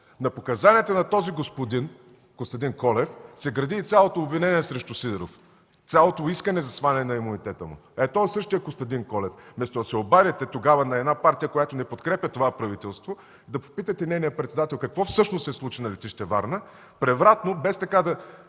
На показанията на този господин Костадин Колев се гради и цялото обвинение срещу Сидеров. Цялото искане за сваляне на имунитета му! Ей този, същият Костадин Колев! Вместо да се обадите тогава на една партия, която не подкрепя това правителство, да попитате нейния председател какво всъщност се случи на летище Варна, превратно, без да